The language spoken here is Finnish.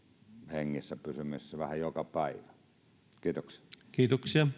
hengissä pysymisestä vähän joka päivä kiitoksia